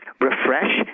refresh